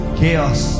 chaos